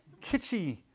kitschy